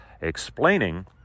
explaining